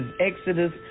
Exodus